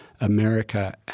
America